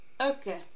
Okay